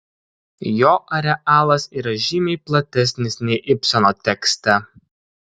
jo arealas yra žymiai platesnis nei ibseno tekste